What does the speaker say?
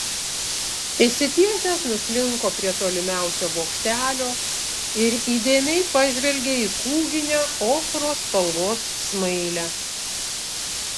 išsitiesęs nuslinko prie tolimiausio bokštelio ir įdėmiai pažvelgė į kūginę ochros spalvos smailę